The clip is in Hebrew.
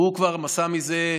הוא כבר עשה מזה,